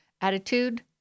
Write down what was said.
attitude